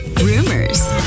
rumors